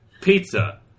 Pizza